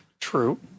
True